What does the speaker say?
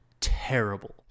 terrible